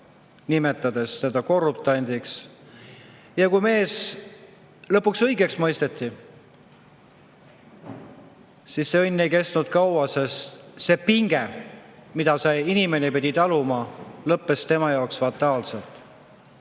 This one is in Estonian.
nimetades teda korruptandiks. Kui mees lõpuks õigeks mõisteti, siis see õnn ei kestnud kaua, sest pinge, mida see inimene pidi taluma, sai tema jaoks fataalseks